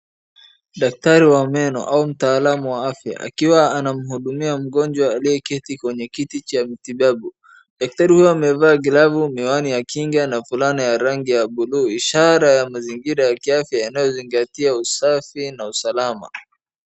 Daktari wa meno au mtaalam wa afya akiwa anamhudumia mgonjwa aliyeketi kwenye kiti cha matibabu. Daktari huyu amevaa glavu, miwani ya kinga na fulana ya rangi ya bluu. Ishara ya mazingira ya kiafya yanayozingatia usafi na usalama.